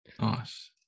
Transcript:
Nice